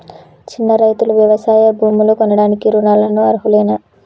చిన్న రైతులు వ్యవసాయ భూములు కొనడానికి రుణాలకు అర్హులేనా?